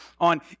on